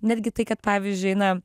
netgi tai kad pavyzdžiui na